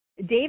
Dave